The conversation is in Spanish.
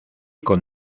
con